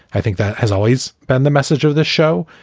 i think that has always been the message of the show.